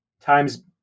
times